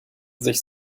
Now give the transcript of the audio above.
sich